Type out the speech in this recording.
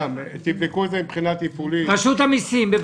תבדקו את זה מבחינה תפעולית עם רשות המסים.